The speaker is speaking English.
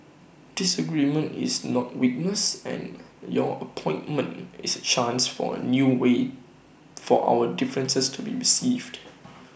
disagreement is not weakness and your appointment is A chance for A new way for our differences to be received